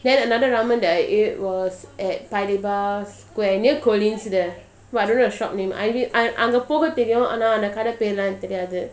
then another ramen that I ate was at paya lebar square near Colin's there but I don't know the shop name I